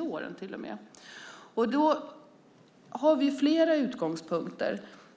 åren. Vi har flera utgångspunkter.